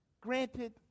granted